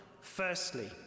firstly